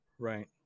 Right